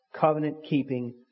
covenant-keeping